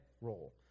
role